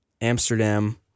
Amsterdam